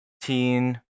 teen